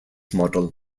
model